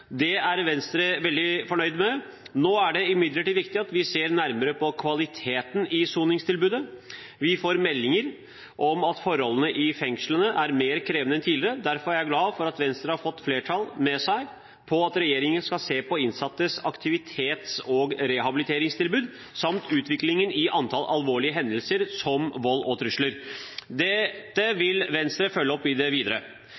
Det er Venstre veldig fornøyd med. Nå er det imidlertid viktig at vi ser nærmere på kvaliteten i soningstilbudet. Vi får meldinger om at forholdene i fengslene er mer krevende enn tidligere. Derfor er jeg glad for at Venstre har fått flertallet med seg på at regjeringen skal se på innsattes aktivitets- og rehabiliteringstilbud samt utviklingen i antall alvorlige hendelser, som vold og trusler. Dette vil Venstre følge opp i det videre.